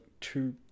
two